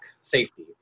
safety